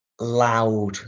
loud